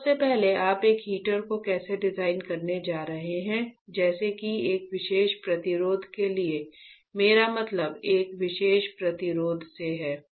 तो सबसे पहले आप एक हीटर को कैसे डिजाइन करने जा रहे हैं जैसे कि एक विशेष प्रतिरोध के लिए मेरा मतलब एक विशेष प्रतिरोध से है